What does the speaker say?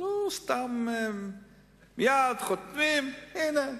לא סתם מייד חותמים, הנה,